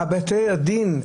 בבתי הדין,